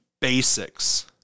basics